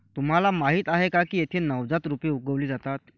तुम्हाला माहीत आहे का की येथे नवजात रोपे उगवली जातात